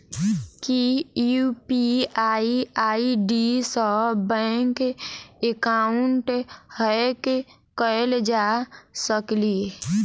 की UPI ID सऽ bank account hack कैल जा सकलिये?